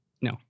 No